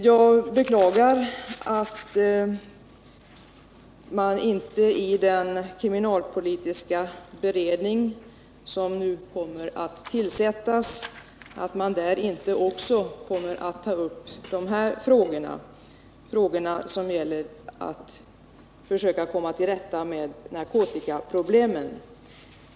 Jag beklagar att den kriminalpolitiska beredning som nu kommer att tillsättas inte också får ta upp frågan hur man skall komma till rätta med narkotikaproblemet.